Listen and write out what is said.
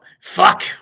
fuck